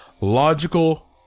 logical